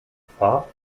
farb